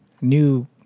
new